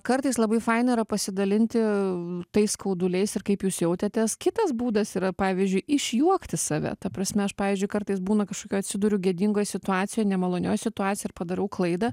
kartais labai faina yra pasidalinti tais skauduliais ir kaip jūs jautėtės kitas būdas yra pavyzdžiui išjuokti save ta prasme aš pavyzdžiui kartais būna kažkokioj atsiduriu gėdingoj situacijoj nemalonioj situacijoj ar padarau klaidą